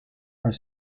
are